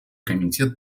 комитет